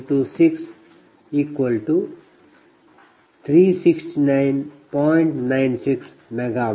96 MW